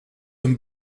een